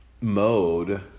mode